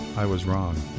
i was wrong.